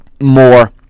more